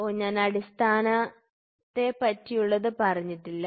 ഓ ഞാൻ അടിസ്ഥാനത്തെ പറ്റിയുള്ളത് പറഞ്ഞില്ല